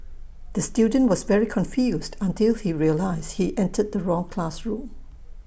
the student was very confused until he realised he entered the wrong classroom